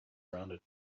rounded